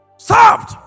served